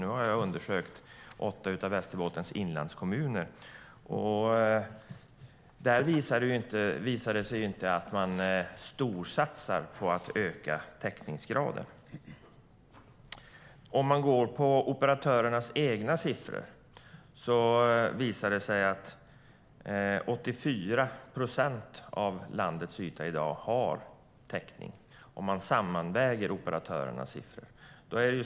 Jag har undersökt åtta av Västerbottens inlandskommuner, och där visar sig inte någon storsatsning på att öka täckningsgraden. Om man går på operatörernas egna siffror ser man att 84 procent av landets yta i dag har täckning - om man sammanväger operatörernas siffror.